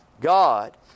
God